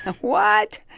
what?